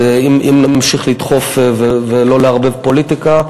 אם נמשיך לדחוף ולא לערבב פוליטיקה,